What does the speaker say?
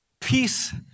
Peace